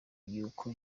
y’uko